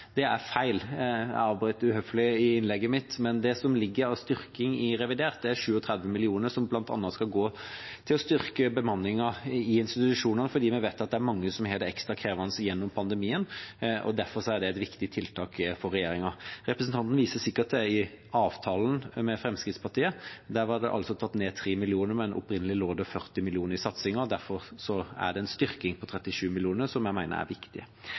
det er feil. Jeg avbrøt uhøflig i innlegget mitt, men det som ligger av styrking i revidert, er 37 mill. kr, som bl.a. skal gå til å styrke bemanningen i institusjonene fordi vi vet at det er mange som har det ekstra krevende gjennom pandemien. Derfor er det et viktig tiltak for regjeringa. Representanten viser sikkert til avtalen med Fremskrittspartiet; der var det tatt ned 3 mill. kr, men opprinnelig lå det 40 mill. kr i satsingen, og derfor er det en styrking på 37 mill. kr, som jeg mener er viktig.